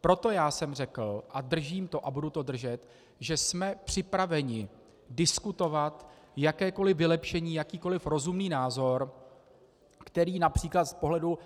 Proto jsem řekl, a držím to a budu to držet, že jsme připraveni diskutovat jakékoliv vylepšení, jakýkoliv rozumný názor, který například z pohledu